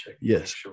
Yes